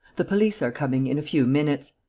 the police are coming in a few minutes.